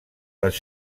les